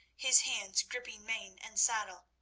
his hands gripping mane and saddle,